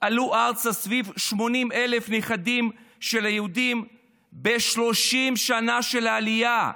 עלו ארצה סביב 80,000 נכדים של יהודים ב-30 שנה של עלייה,